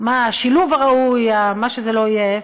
מה השילוב הראוי או מה שזה לא יהיה,